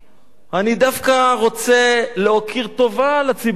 אני דווקא רוצה להוקיר טובה לציבור החרדי.